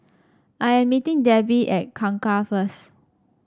I am meeting Debi at Kangkar first